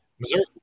Missouri